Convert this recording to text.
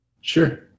Sure